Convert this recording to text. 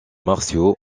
martiaux